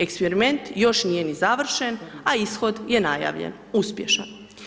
Eksperiment još nije ni završen, a ishod je najavljen, uspješan.